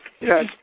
Yes